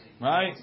Right